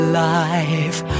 life